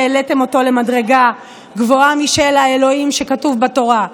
שהעליתם אותו למדרגה גבוהה משל האלוהים שכתוב בתורה.